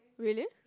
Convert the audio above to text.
really